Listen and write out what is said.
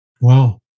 Wow